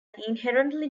inherently